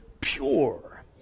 pure